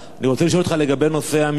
אני רוצה לשאול אותך לגבי נושא המסתננים.